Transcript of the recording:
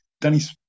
danny's